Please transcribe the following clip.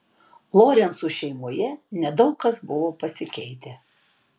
lorencų šeimoje nedaug kas buvo pasikeitę